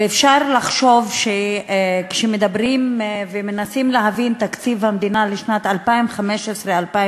ואפשר לחשוב שכשמדברים ומנסים להבין את תקציב המדינה לשנת 2015 2016